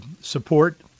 support